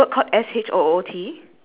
ya okay that one's not a difference then